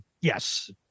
yes